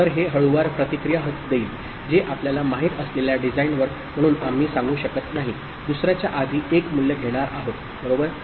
तर हे हळुवार प्रतिक्रिया देईल जे आपल्याला माहित असलेल्या डिझाइनर म्हणून आम्ही सांगू शकत नाही दुसर्याच्या आधी 1 मूल्य घेणार आहोत बरोबर